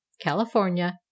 CALIFORNIA